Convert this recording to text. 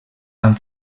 han